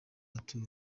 arthur